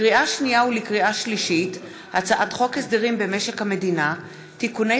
לקריאה שנייה ולקריאה שלישית: הצעת חוק הסדרים במשק המדינה (תיקוני